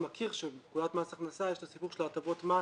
אתה מכיר שבפקודת מס הכנסה יש את הסיפור של הטבות המס.